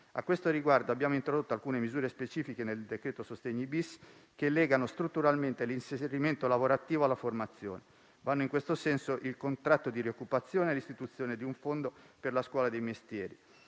A questo riguardo, abbiamo introdotto alcune misure specifiche nel decreto sostegni-*bis*, che legano strutturalmente l'inserimento lavorativo alla formazione. Vanno in questo senso il contratto di rioccupazione e l'istituzione di un fondo per la scuola dei mestieri.